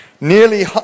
Nearly